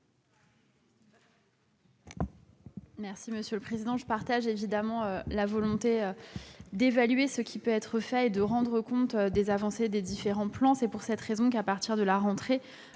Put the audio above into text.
du Gouvernement ? Je partage évidemment la volonté d'évaluer ce qui est fait et de rendre compte des avancées des différents plans. C'est pour cette raison que, à partir de la rentrée